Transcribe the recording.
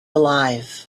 alive